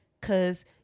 Cause